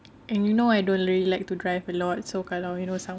and you know I don't really like to drive a lot so kalau you know someone